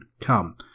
come